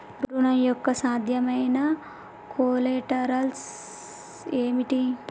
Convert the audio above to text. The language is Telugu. ఋణం యొక్క సాధ్యమైన కొలేటరల్స్ ఏమిటి?